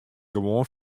gewoan